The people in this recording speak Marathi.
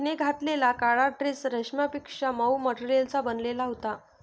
तिने घातलेला काळा ड्रेस रेशमापेक्षा मऊ मटेरियलचा बनलेला होता